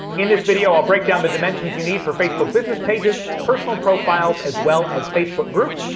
in this video, i'll break down the dimensions you need for facebook business pages, personal profiles, as well as facebook groups.